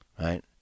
Right